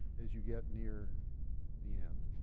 as you get near the end?